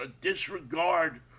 disregard